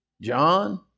John